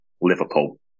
Liverpool